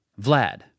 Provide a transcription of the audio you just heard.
Vlad